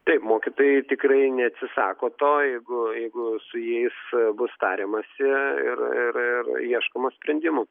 taip mokytojai tikrai neatsisako to jeigu jeigu su jais bus tariamasi ir ir ir ieškoma sprendimų